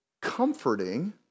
comforting